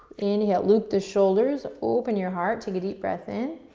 inhale, loop the shoulders, open your heart, take a deep breath in,